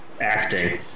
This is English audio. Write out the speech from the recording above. acting